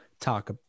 talk